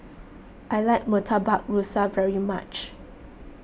I like Murtabak Rusa very much